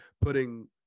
Putting